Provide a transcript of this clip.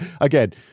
again